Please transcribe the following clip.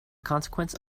consequence